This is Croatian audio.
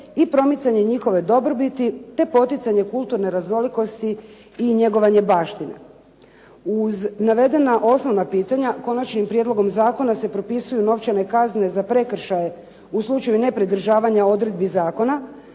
i promicanje njihove dobrobiti, te poticanje kulturne raznolikosti i njegovanje baštine. Uz navedena osnovna pitanja konačnim prijedlogom zakona se propisuju novčane kazne za prekršaje u slučaju nepridržavanja odredbi zakona,